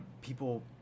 people